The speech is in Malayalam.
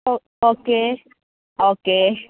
oh okay okay